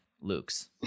Luke's